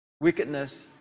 wickedness